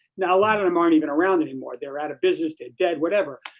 now, a lot of them aren't even around anymore. they're out of business, they're dead, whatever.